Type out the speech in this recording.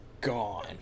gone